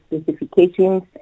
specifications